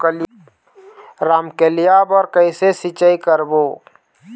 रमकलिया बर कइसे सिचाई करबो?